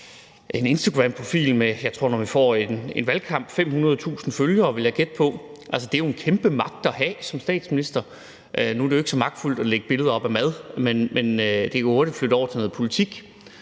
en instagramprofil med, jeg tror, når vi får en valgkamp, 500.000 følgere, vil jeg gætte på, og det er jo en kæmpe magt at have som statsminister. Nu er det jo ikke så magtfuldt at lægge billeder op af mad, men det kan hurtigt blive flyttet over til noget politik.